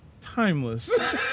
timeless